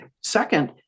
Second